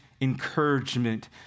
encouragement